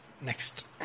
Next